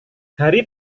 hari